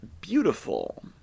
beautiful